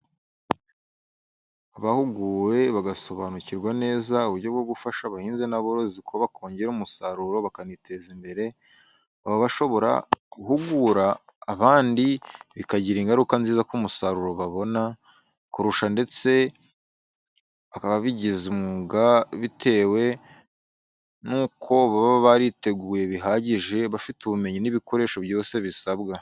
Abahuguwe, bagasobanukirwa neza uburyo bwo gufasha abahinzi n'aborozi uko bakongera umusaruro bakaniteza imbere, baba bashobora guhugura abandi bikagira ingaruka nziza ku musaruro babona, kurusha ndetse n'ababigize umwuga, bitewe n'uko baba bariteguye bihagije, bafite ubumenyi n'ibikoresho byose bisabwa.